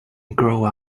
grow